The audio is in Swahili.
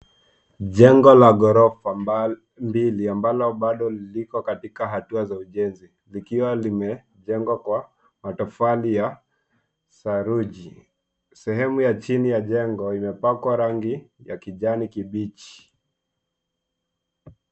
Jengo la ghorofa mbili ambalo bado liko katika hatua za ujenzi likiwa limejengwa kwa matofali ya saruji. Sehemu ya chini ya jengo imepakwa rangi ya kijani kibichi.